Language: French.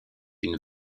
une